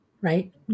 right